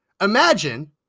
imagine